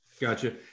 Gotcha